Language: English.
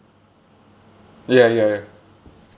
ya ya ya